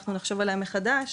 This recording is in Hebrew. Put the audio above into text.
אנחנו נחשוב עליה מחדש,